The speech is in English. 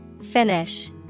finish